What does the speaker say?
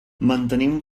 mantenim